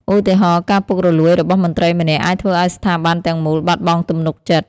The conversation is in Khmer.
ឧទាហរណ៍ ការពុករលួយរបស់មន្ត្រីម្នាក់ អាចធ្វើឲ្យស្ថាប័នទាំងមូលបាត់បង់ទំនុកចិត្ត។